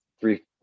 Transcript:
three